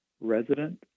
resident